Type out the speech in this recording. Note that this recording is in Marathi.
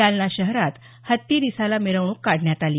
जालना शहरात हत्ती रिसाला मिरवणूक काढण्यात आली